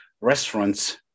restaurants